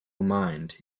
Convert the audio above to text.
mind